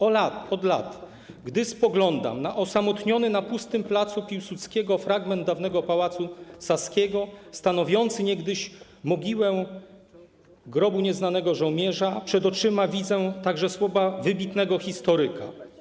Od lat, gdy spoglądam na osamotniony na pustym placu Piłsudskiego fragment dawnego Pałacu Saskiego, stanowiący niegdyś mogiłę nieznanego żołnierza, przed oczyma widzę także słowa wybitnego historyka.